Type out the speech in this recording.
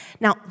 Now